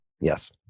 yes